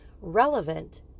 relevant